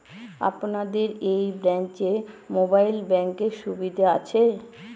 আপনাদের এই ব্রাঞ্চে মোবাইল ব্যাংকের সুবিধে আছে?